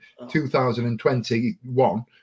2021